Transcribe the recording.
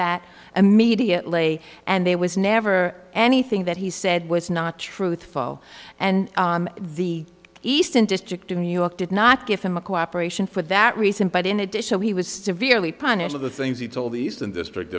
that immediately and there was never anything that he said was not truthful and the eastern district of new york did not give him a cooperation for that reason but in addition he was severely punished of the things he told the eastern district